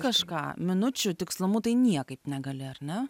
kažką minučių tikslumu tai niekaip negali ar ne